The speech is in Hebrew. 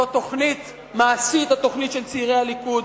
זאת תוכנית מעשית, התוכנית של צעירי הליכוד,